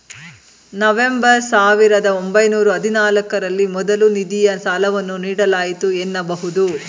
November ಸಾವಿರದ ಒಂಬೈನೂರ ಹದಿನಾಲ್ಕು ರಲ್ಲಿ ಮೊದಲ ನಿಧಿಯ ಸಾಲವನ್ನು ನೀಡಲಾಯಿತು ಎನ್ನಬಹುದು